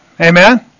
Amen